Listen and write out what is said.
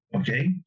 Okay